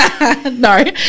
No